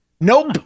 Nope